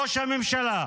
ראש הממשלה,